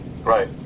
Right